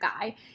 guy